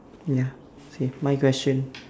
ya K my question